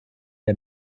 der